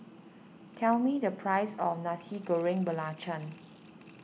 tell me the price of Nasi Goreng Belacan